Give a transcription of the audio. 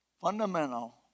fundamental